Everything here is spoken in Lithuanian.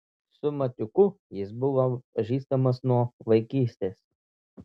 su matiuku jis buvo pažįstamas nuo vaikystės